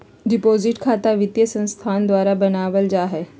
deposit खता वित्तीय संस्थान द्वारा बनावल जा हइ